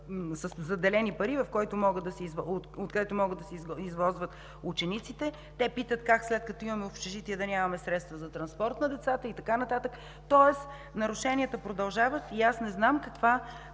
със заделени пари, с които да могат да се извозват учениците“. Те питат: „Как, след като имаме общежитие, да нямаме средства за транспорт на децата?“ и така нататък. Тоест нарушенията продължават и аз не знам каква